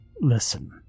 Listen